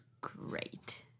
great